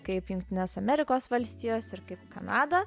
kaip jungtines amerikos valstijos ir kaip kanada